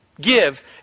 Give